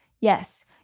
Yes